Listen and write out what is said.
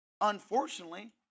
unfortunately